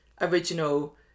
original